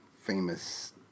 famous